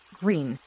green